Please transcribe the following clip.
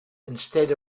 instead